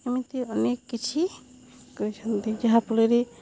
ଏମିତି ଅନେକ କିଛି କରିଛନ୍ତି ଯାହାଫଳରେ